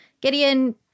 Gideon